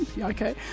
Okay